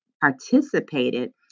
participated